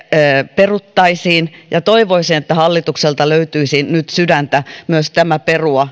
peruttaisiin ja toivoisin että hallitukselta löytyisi nyt sydäntä myös tämä perua